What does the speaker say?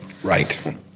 Right